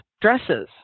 dresses